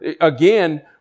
again